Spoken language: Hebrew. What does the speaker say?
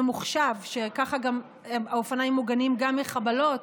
ממוחשב, ככה שהאופניים מוגנים גם מחבלות,